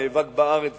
נאבק בארץ,